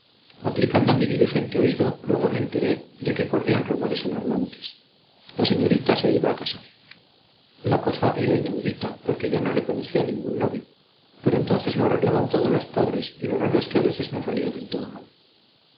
aplicando mi diligente oído luego me enteré de que corrían rumores alarmantes la señorita se iba a casar la cosa era inaudita porque yo no le conocía ningún novio pero entonces lo arreglaban todo los padres y lo raro es que a veces no salía del todo mal